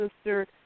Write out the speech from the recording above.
sister